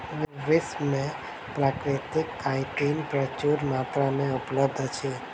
विश्व में प्राकृतिक काइटिन प्रचुर मात्रा में उपलब्ध अछि